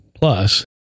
plus